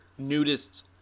nudists